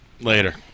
later